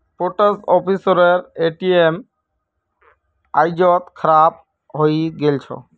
post ऑफिसेर ATM आइज खराब हइ गेल छ